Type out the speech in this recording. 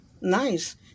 nice